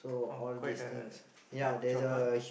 oh quite a tough job ah